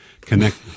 Connect